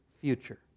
future